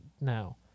now